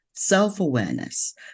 self-awareness